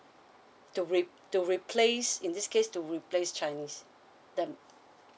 to rep~ replace in this case to replace chinese then